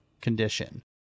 condition